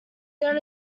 then